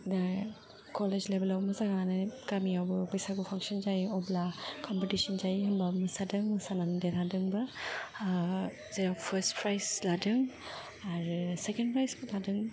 दा कलेज लेवेलाव मोसानानै गामिआवबो बैसागु फांशन जायो अब्ला क्मपिटिशन जायो होनबा मोसादों मोसानानै देरहादोंबो जे फार्स्ट प्राइज लादों आरो सेकेन्ड प्राइज बो लादों